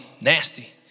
nasty